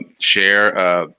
share